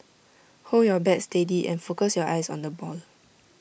hold your bat steady and focus your eyes on the ball